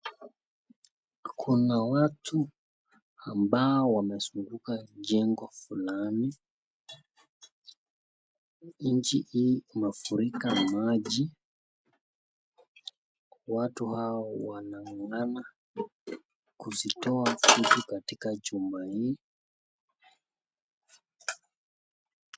Kuna watu ambao wamezunguka jengo fulani. Nchi hii umefurika maji. Watu hao wanang'ang'ana kuzitoa vitu katika jumba hii.